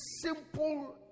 simple